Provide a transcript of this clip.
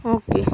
okay